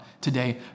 today